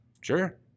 Sure